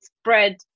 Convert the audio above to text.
spread